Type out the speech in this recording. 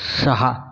सहा